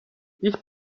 ich